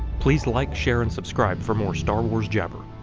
please like share and subscribe for more star wars jabber!